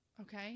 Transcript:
Okay